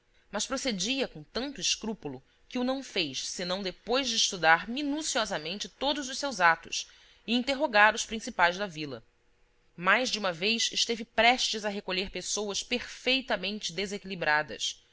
mas procedia com tanto escrúpulo que o não fez senão depois de estudar minuciosamente todos os seus atos e interrogar os principais da vila mais de uma vez esteve prestes a recolher pessoas perfeitamente desequilibradas